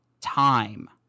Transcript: Time